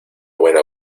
buena